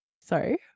Sorry